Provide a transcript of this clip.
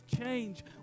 change